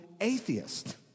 atheist